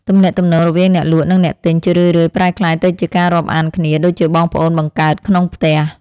ទំនាក់ទំនងរវាងអ្នកលក់និងអ្នកទិញជារឿយៗប្រែក្លាយទៅជាការរាប់អានគ្នាដូចជាបងប្អូនបង្កើតក្នុងផ្ទះ។